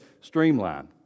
Streamline